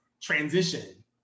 transition